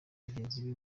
bagenzi